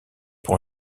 pour